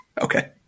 Okay